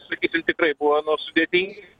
sakysim tikrai buvo nu sudėtingi